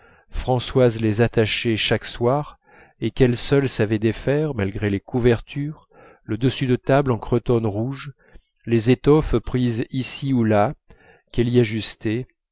françoise les attachait chaque soir et qu'elle seule savait défaire comme malgré les couvertures le dessus de table en cretonne rouge les étoffes prises ici ou là qu'elle